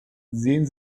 sehen